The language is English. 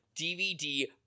DVD